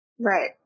Right